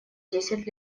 десять